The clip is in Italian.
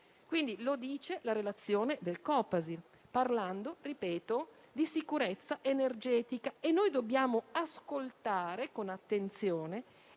Questo lo dice la relazione del Copasir, parlando - lo ripeto - di sicurezza energetica, e noi dobbiamo ascoltare con attenzione